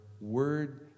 word